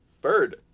Bird